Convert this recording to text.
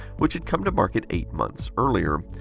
which had come to market eight months earlier.